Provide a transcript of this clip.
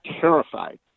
terrified